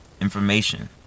information